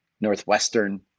Northwestern